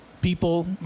People